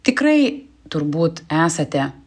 tikrai turbūt esate